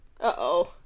Uh-oh